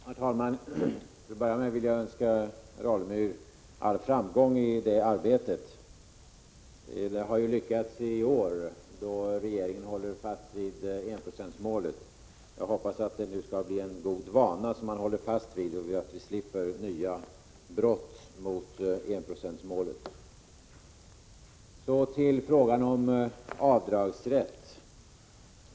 Herr talman! Till att börja med vill jag önska herr Alemyr all framgång i det arbetet. Det har lyckats i år, då regeringen har hållit fast vid enprocentsmålet. Jag hoppas att det nu skall bli en god vana, som man håller fast vid, så att vi slipper nya avsteg från enprocentsmålet. Så till frågan om avdragsrätt.